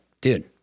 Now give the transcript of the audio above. dude